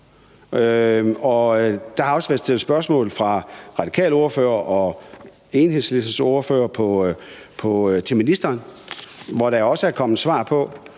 er også blevet stillet spørgsmål fra den radikale ordfører og fra Enhedslistens ordfører til ministeren, som der også er kommet svar på,